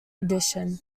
edition